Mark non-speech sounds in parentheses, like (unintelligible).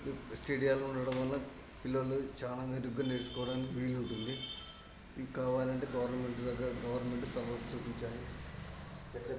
స్టేడియాలు ఉండడం వల్ల పిల్లలు చాలా మెరుగ్గా నేర్చుకోవడానికి వీలుంటుంది మీకు కావాలంటే గవర్నమెంట్ దగ్గర గవర్నమెంట్ స్థలం చూపించాలి (unintelligible)